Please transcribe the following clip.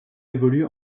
évolue